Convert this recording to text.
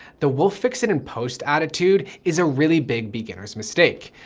the we'll fix it and post attitude, is a really big beginner's mistake.